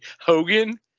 Hogan